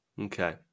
Okay